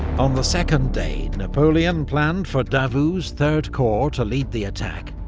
on the second day, napoleon planned for davout's third corps to lead the attack,